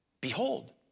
behold